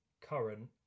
current